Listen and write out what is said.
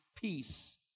peace